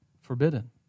forbidden